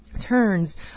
turns